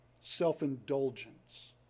self-indulgence